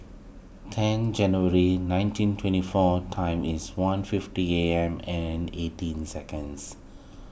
ten January nineteen twenty four time is one fifty A M and eighteen seconds